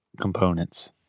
components